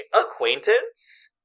acquaintance